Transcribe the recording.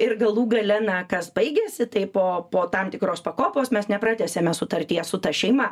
ir galų gale na kas baigėsi tai po po tam tikros pakopos mes nepratęsėme sutarties su ta šeima